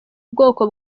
bwoko